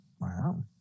Wow